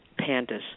pandas